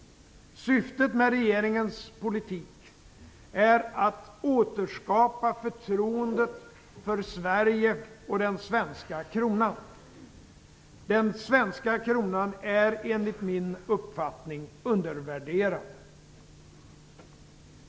Syftet med regeringens politik är att återskapa förtroendet för Sverige och den svenska kronan. Den svenska kronan är, enligt min uppfattning, undervärderad.